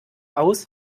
aus